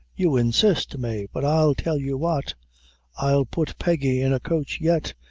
you insist, mave but i'll tell you what i'll put peggy in a coach yet,